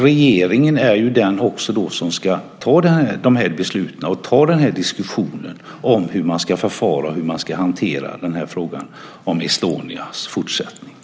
Regeringen är den som ska fatta besluten och ta diskussionen om hur man ska förfara och hur man ska hantera frågan om Estonia i fortsättningen.